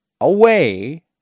away